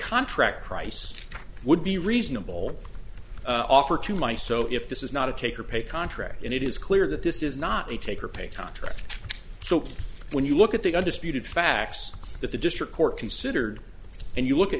contract price would be reasonable offer to my so if this is not a take or pay contract and it is clear that this is not a take or pay contract so when you look at the undisputed facts that the district court considered and you look at